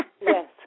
Yes